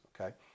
okay